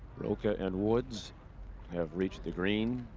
rocca and woods have reached the green,